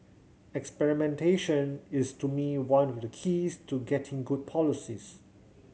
experimentation is to me one of the keys to getting good policies